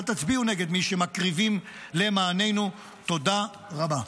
אל תצביעו נגד מי שמקריבים למעננו, תודה רבה.